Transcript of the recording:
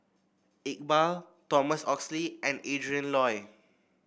Iqbal Thomas Oxley and Adrin Loi